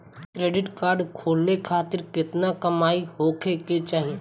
Credit card खोले खातिर केतना कमाई होखे के चाही?